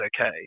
okay